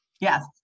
Yes